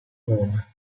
roma